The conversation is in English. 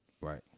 Right